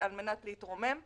על מנת להתרומם,